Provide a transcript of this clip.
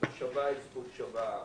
היא זכות שווה,